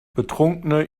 betrunkene